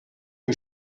que